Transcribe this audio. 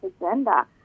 Agenda